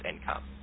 income